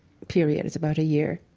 period, is about a year,